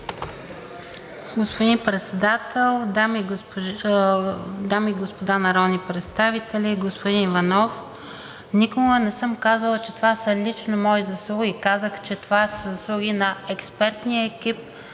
Господин Председател, дами и господа народни представители! Господин Иванов, никога не съм казала, че това са лично мои заслуги. Казах, че това са заслуги на експертния екип